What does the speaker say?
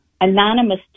anonymous